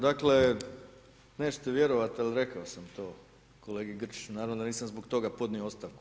Dakle, nećete vjerovati ali rekao sam to kolegi Grčiću, naravno da nisam zbog toga podnio ostavku.